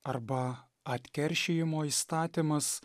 arba atkeršijimo įstatymas